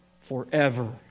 forever